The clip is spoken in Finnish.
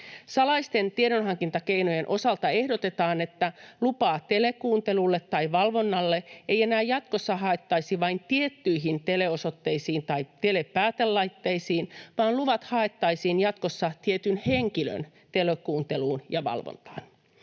Salaisten tiedonhankintakeinojen osalta ehdotetaan, että lupaa telekuuntelulle tai ‑valvonnalle ei enää jatkossa haettaisi vain tiettyihin teleosoitteisiin tai telepäätelaitteisiin vaan luvat haettaisiin jatkossa tietyn henkilön telekuunteluun ja ‑valvontaan.